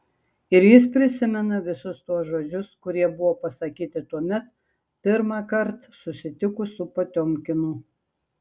ir jis prisimena visus tuos žodžius kurie buvo pasakyti tuomet pirmąkart susitikus su potiomkinu